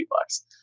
bucks